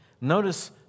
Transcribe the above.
Notice